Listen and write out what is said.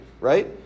right